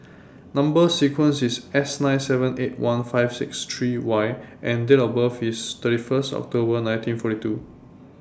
Number sequence IS S nine seven eight one five six three Y and Date of birth IS thirty First October nineteen forty two